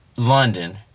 London